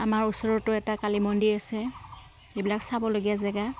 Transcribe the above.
আমাৰ ওচৰতো এটা কালী মন্দিৰ আছে এইবিলাক চাবলগীয়া জেগা